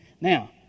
Now